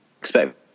expect